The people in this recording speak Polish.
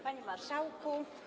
Panie Marszałku!